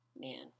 Man